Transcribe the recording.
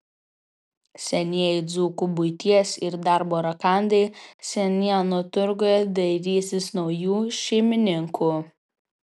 senieji dzūkų buities ir darbo rakandai senienų turguje dairysis naujų šeimininkų